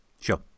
sure